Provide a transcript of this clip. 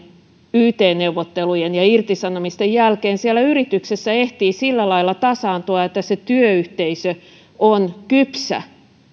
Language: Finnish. yt neuvottelujen ja irtisanomisten jälkeen siellä yrityksessä ehtii sillä lailla tasaantua että se työyhteisö on kypsä